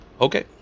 Okay